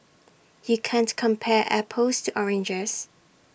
you can't compare apples to oranges